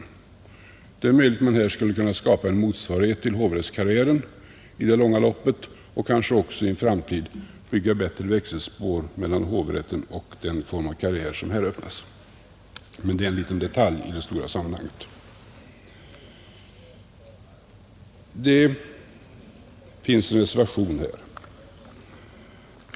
Det är möjligt att man här i det långa loppet skulle kunna skapa en motsvarighet till hovrättskarriären och kanske också i en framtid att bygga bättre växelspår mellan hovrätten och den form av karriär som här öppnas. Men det är en liten detalj i det stora sammanhanget. Det finns en reservation i detta ärende.